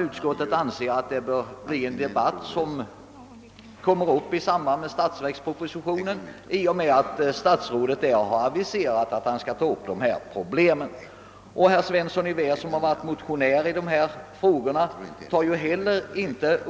Den debatten bör, anser utskottet, hållas i samband med statsverkspropositionen, eftersom statsrådet har aviserat att dessa problem kommer att tas upp där. Herr Svensson i Vä som motionerat i dessa frågor har heller inte